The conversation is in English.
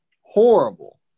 horrible